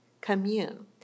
Commune